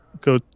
Go